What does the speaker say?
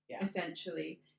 essentially